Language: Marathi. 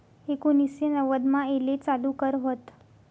एकोनिससे नव्वदमा येले चालू कर व्हत